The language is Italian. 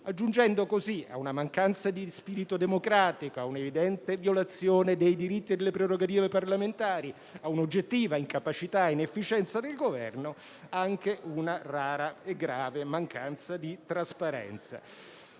aggiungendo così a una mancanza di spirito democratico, a un'evidente violazione dei diritti e delle prerogative parlamentari e a un'oggettiva incapacità ed inefficienza del Governo anche una rara e grave mancanza di trasparenza.